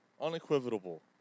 unequivocal